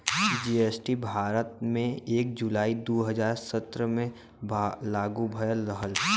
GST Bharat में एक जुलाई दू हजार सत्रह से लागू भयल रहल